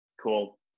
cool